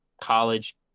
college